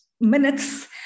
minutes